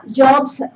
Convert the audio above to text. jobs